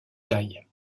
taille